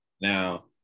now